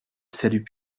salut